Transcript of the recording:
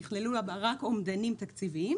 נכללו בה רק אומדנים תקציבים,